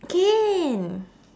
can